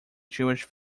jewish